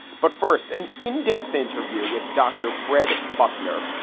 but first, an in-depth interview with dr. fred bucknor,